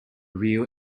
riel